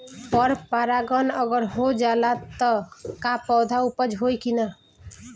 पर परागण अगर हो जाला त का पौधा उपज होई की ना?